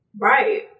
Right